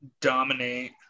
dominate